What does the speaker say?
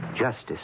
justice